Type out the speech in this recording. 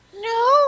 no